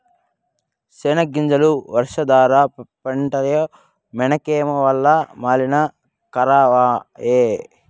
సెనగ్గింజలు వర్షాధార పంటాయె మనకేమో వల్ల మాలిన కరవాయె